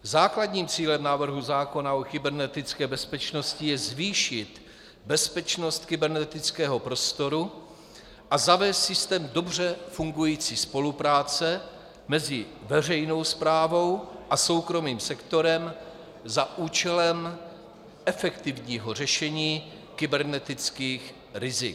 Základním cílem návrhu zákona o kybernetické bezpečnosti je zvýšit bezpečnost kybernetického prostoru a zavést systém dobře fungující spolupráce mezi veřejnou správou a soukromým sektorem za účelem efektivního řešení kybernetických rizik.